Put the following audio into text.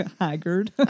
haggard